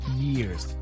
years